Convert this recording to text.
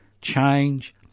Change